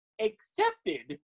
accepted